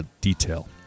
detail